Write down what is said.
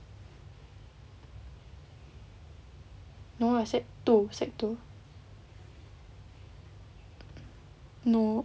no ah sec two sec two no